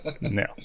no